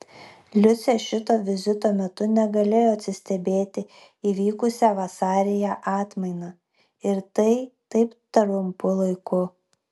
liucė šito vizito metu negalėjo atsistebėti įvykusia vasaryje atmaina ir tai taip trumpu laiku